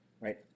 Right